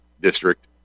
District